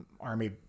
army